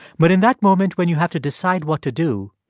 but in that moment, when you have to decide what to do,